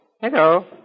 Hello